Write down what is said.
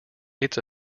its